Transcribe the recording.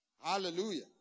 Hallelujah